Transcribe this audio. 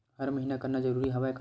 हर महीना करना जरूरी हवय का?